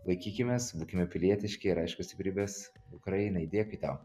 laikykimės būkime pilietiški ir aišku stiprybės ukrainai dėkui tau